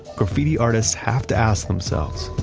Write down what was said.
graffiti artists have to ask themselves,